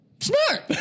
Smart